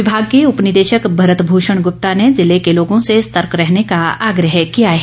विभाग के उपनिदेशक भरत भूषण गुप्ता ने ँज़िले के लोगों से सतर्क रहने का आग्रह किया है